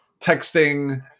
texting –